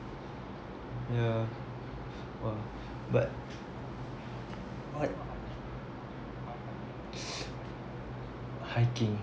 yeah !wah! but what hiking